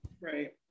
Right